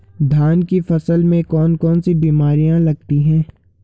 धान की फसल में कौन कौन सी बीमारियां लगती हैं?